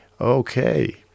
Okay